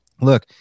look